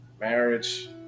marriage